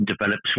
develops